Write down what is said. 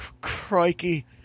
Crikey